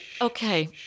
okay